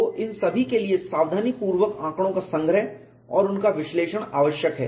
तो इस सभी के लिए सावधानीपूर्वक आंकड़ों का संग्रह और उनका विश्लेषण आवश्यक है